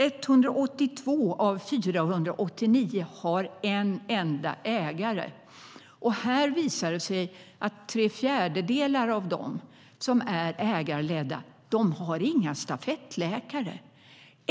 182 av 489 har en enda ägare. Här visar det sig att tre fjärdedelar av de vårdcentraler som är ägarledda inte har några stafettläkare.